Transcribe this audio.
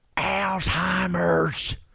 Alzheimer's